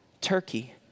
Turkey